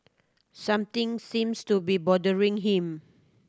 something seems to be bothering him